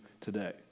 today